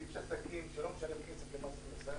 איש עסקים שלא משלם כסף למס הכנסה